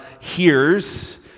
hears